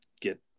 get